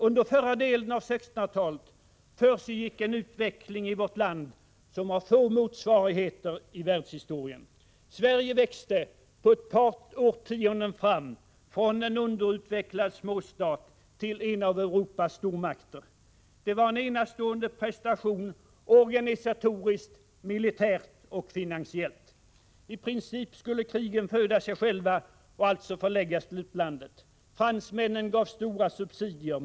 Under förra delen av 1600-talet försiggick en utveckling i vårt land som har få motsvarigheter i världshistorien. Sverige växte på ett par årtionden fram från en underutvecklad småstat till en av Europas stormakter. Det var en enastående prestation organisatoriskt, militärt och finansiellt. I princip skulle krigen föda sig själva och alltså förläggas till utlandet. Fransmännen gav stora subsidier.